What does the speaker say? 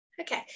Okay